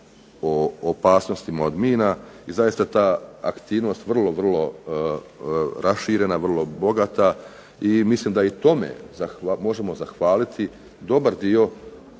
o opasnostima od mina i zaista je ta aktivnost vrlo, vrlo raširena, vrlo bogata i mislim da i tome možemo zahvaliti dobar dio